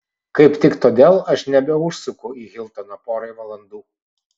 kaip tik todėl aš nebeužsuku į hiltoną porai valandų